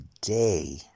Today